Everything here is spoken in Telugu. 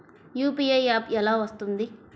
యూ.పీ.ఐ యాప్ ఎలా వస్తుంది?